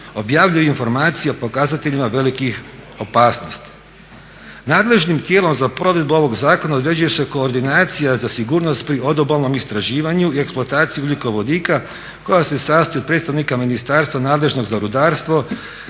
objavljuju informacije o pokazateljima velikih opasnosti. Nadležnim tijelom za provedbu ovog zakona određuje se koordinacija za sigurnost pri odobalnom istraživanju i eksploataciji ugljikovodika koja se sastoji od predstavnika ministarstva nadležnog za rudarstvo,